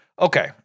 Okay